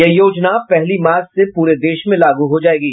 यह योजना पहली मार्च से पूरे देश में लागू हो जायेगी